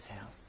house